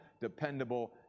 dependable